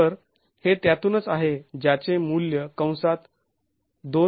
तर हे त्यातूनच आहे ज्याचे मूल्यं कंसात २